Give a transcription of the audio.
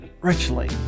richly